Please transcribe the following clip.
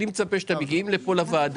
אני מצפה שכאשר אתם מגיעים לכאן לוועדה,